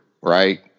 right